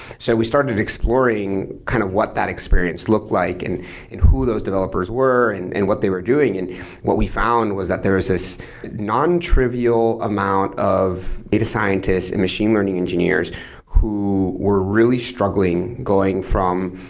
so we started exploring kind of what that experience looked like and and who those developers were and and what they were doing and what we found was that there was this non-trivial amount of the scientists and machine learning engineers who were really struggling going from,